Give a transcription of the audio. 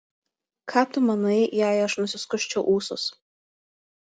ką tu manai jei aš nusiskusčiau ūsus